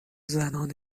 زنان